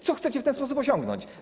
Co chcecie w ten sposób osiągnąć?